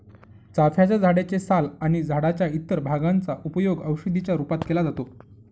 चाफ्याच्या झाडे चे साल आणि झाडाच्या इतर भागांचा उपयोग औषधी च्या रूपात केला जातो